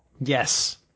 Yes